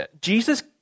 Jesus